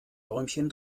däumchen